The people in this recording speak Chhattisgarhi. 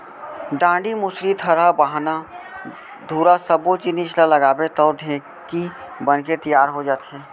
डांड़ी, मुसरी, थरा, बाहना, धुरा सब्बो जिनिस ल लगाबे तौ ढेंकी बनके तियार हो जाथे